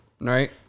right